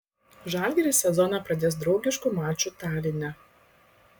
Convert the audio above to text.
žalgiris sezoną pradės draugišku maču taline